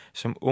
som